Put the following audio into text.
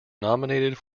nominated